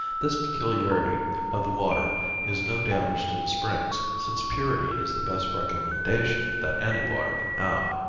this peculiarity of the water is no damage to the springs, since purity is the best recommendation that any water can have.